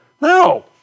No